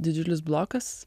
didžiulis blokas